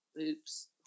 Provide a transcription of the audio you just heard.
oops